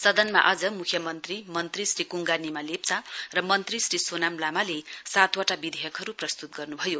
सदनमा आज मुख्यमन्त्री मन्त्री श्री कुंगा निमा लेप्वा र मन्त्री श्री सोनाम लामाले सातवटा विधेयकहरू प्रस्तुत गर्नुभयो